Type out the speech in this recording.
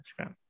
instagram